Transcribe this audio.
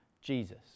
Jesus